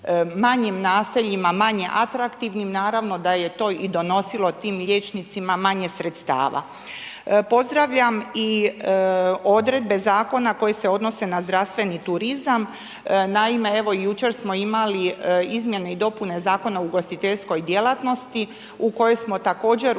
manje naseljima manje atraktivnim, naravno da je to i donosilo tim liječnicima manje sredstava. Pozdravljam i odredbe zakona koje se odnose na zdravstveni turizam, naime evo jučer smo imali izmjene i dopune Zakona o ugostiteljskoj djelatnosti u kojoj smo također uvrstili